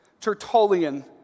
Tertullian